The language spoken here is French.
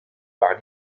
par